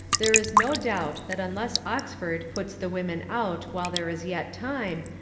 there is no doubt that unless oxford puts the women out while there is yet time,